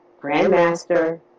grandmaster